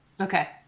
Okay